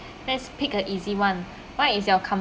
let's pick a easy [one] what is your